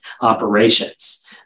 operations